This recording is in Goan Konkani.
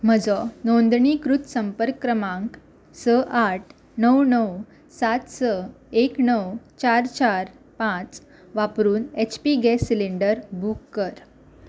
म्हजो नोंदणीकृत संपर्क क्रमांक स आठ णव णव सात स एक णव चार चार पांच वापरून H P gas cylinder book कर